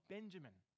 Benjamin